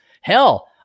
Hell